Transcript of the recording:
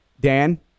Dan